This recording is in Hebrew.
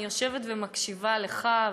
אני יושבת ומקשיבה לך,